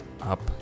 up